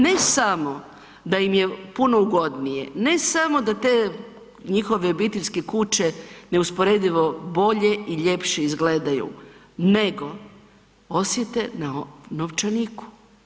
Ne samo da im je puno ugodnije, ne samo da te njihove obiteljske kuće neusporedivo bolje i ljepše izgledaju nego osjete na novčaniku.